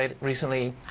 recently